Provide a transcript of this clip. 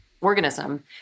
organism